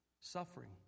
suffering